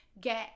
get